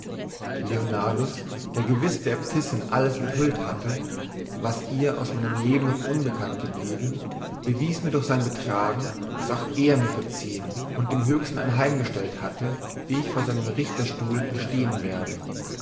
leonardus der gewiß der äbtissin alles enthüllt hatte was ihr aus meinem leben noch unbekannt geblieben bewies mir durch sein betragen daß auch er mir verziehen und dem höchsten anheimgestellt hatte wie ich vor seinem richterstuhl bestehen werde